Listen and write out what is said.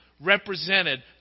represented